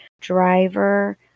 driver